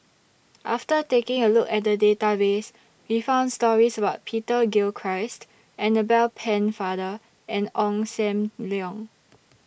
after taking A Look At The Database We found stories about Peter Gilchrist Annabel Pennefather and Ong SAM Leong